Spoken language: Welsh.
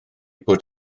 bod